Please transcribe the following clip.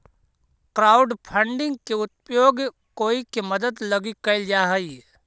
crowdfunding के उपयोग कोई के मदद लगी कैल जा हई